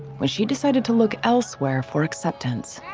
when she decided to look elsewhere for acceptance.